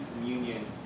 communion